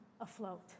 afloat